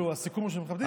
הסיכום הוא שמכבדים?